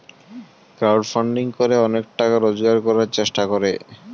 crowd funding করে অনেকে টাকা রোজগার করার চেষ্টা করে